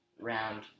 round